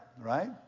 right